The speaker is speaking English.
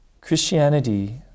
Christianity